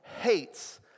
hates